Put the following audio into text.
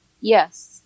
Yes